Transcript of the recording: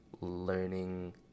Learning